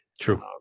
True